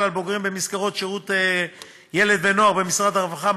על בוגרי מסגרות השירות לילד ולנוער במשרד הרווחה,